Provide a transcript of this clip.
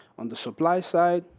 on the supply side,